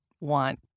want